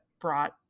brought